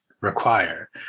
require